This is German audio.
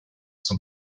zum